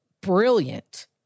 brilliant